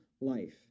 life